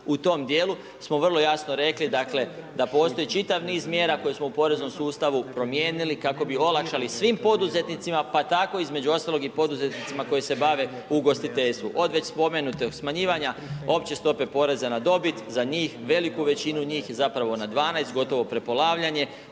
u tom djelu smo vrlo jasno rekli da postoj čitav niz mjera koje smo u poreznom sustavu promijenili kako bi olakšali svim poduzetnicima pa tako između ostalog i poduzetnicima koji se bave ugostiteljstvu od već spomenutog smanjivanja opće stope poreza dobit, za njih veliku većinu njih, zapravo na 12 gotovo prepolavljanje,